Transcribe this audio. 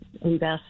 invest